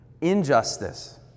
injustice